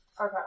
Okay